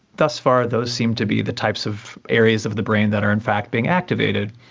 thus far those seem to be the types of areas of the brain that are in fact being activated.